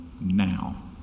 now